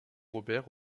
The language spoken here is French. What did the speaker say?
robert